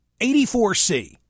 84C